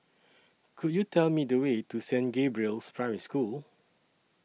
Could YOU Tell Me The Way to Saint Gabriel's Primary School